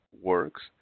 works